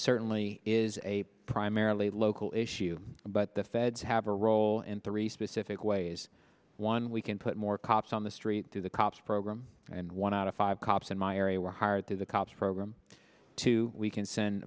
certainly is a primarily local issue but the feds have a role in three specific ways one we can put more cops on the street through the cops program and one out of five cops in my area were hired through the cops program to we can send